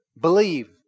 believe